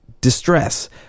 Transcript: distress